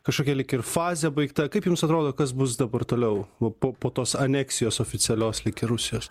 kažkokia lyg ir fazė baigta kaip jums atrodo kas bus dabar toliau va po po tos aneksijos oficialios lyg ir rusijos